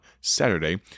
Saturday